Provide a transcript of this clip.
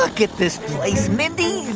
look at this place, mindy.